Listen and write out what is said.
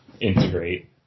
integrate